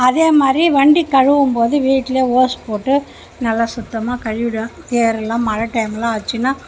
அதேமாதிரி வண்டி கழுவும்போது வீட்லேயே ஓஸ் போட்டு நல்லா சுத்தமாக கழுவிடுவேன் சேறெல்லாம் மழை டைம்லாம் ஆச்சுன்னா